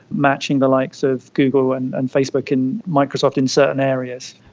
matching the likes of google and and facebook and microsoft in certain areas.